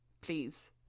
please